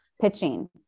pitching